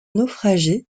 naufragé